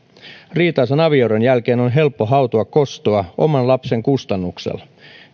riitaisan avioeron jälkeen on helppo hautoa kostoa oman lapsen kustannuksella